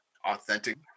authentic